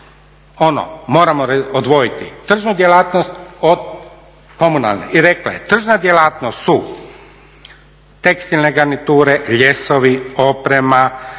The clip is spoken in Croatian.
vrlo moramo odvojiti tržnu djelatnost od komunalne i rekla je tržna djelatnost su, tekstilne garniture, ljesovi, oprema,